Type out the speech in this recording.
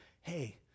hey